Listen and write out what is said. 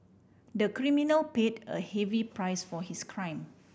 the criminal paid a heavy price for his crime